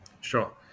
Sure